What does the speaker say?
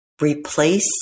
replace